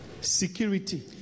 security